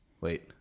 Wait